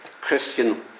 Christian